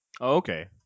Okay